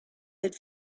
had